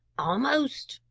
almost,